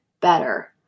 better